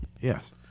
Yes